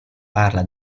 parla